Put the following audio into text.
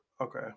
Okay